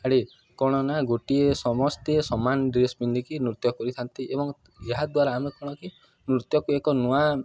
ଆଡ଼େ କଣ ନା ଗୋଟିଏ ସମସ୍ତେ ସମାନ ଡ୍ରେସ୍ ପିନ୍ଧିକି ନୃତ୍ୟ କରିଥାନ୍ତି ଏବଂ ଏହାଦ୍ୱାରା ଆମେ କ'ଣ କି ନୃତ୍ୟକୁ ଏକ ନୂଆ